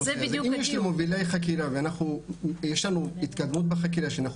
אם יש לי מובילי חקירה ויש לנו התקדמות בחקירה שאנחנו